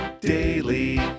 daily